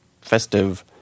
festive